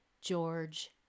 George